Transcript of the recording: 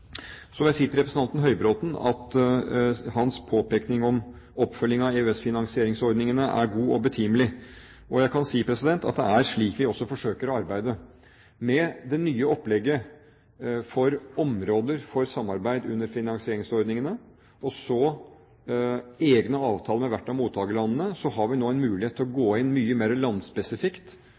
Så vil jeg si til representanten Høybråten at hans påpekning om oppfølging av EØS-finansieringsordningene er god og betimelig, og jeg kan si at det er slik vi også forsøker å arbeide. Med det nye opplegget for områder for samarbeid under finansieringsordningene og egne avtaler med hvert av mottakerlandene har vi nå mulighet til å gå mye mer landspesifikt